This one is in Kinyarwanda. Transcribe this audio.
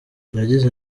yagize